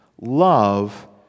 Love